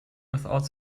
without